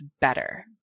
better